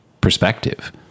perspective